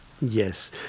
Yes